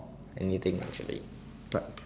anything actually